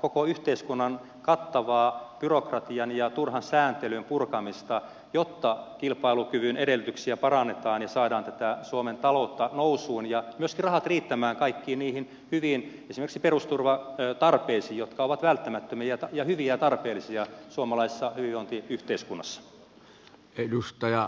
koko yhteiskunnan kattavaa byrokratian ja turhan sääntelyn purkamista jotta kilpailukyvyn edellytyksiä parannetaan ja saadaan suomen talous nousuun ja myöskin rahat riittämään esimerkiksi kaikkiin niihin hyviin perusturvatarpeisiin jotka ovat välttämättömiä ja hyviä ja tarpeellisia suomalaisessa hyvinvointiyhteiskunnassa